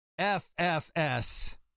FFS